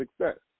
success